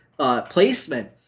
placement